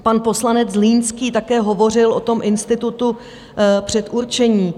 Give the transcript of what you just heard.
Pan poslanec Zlínský také hovořil o institutu předurčení.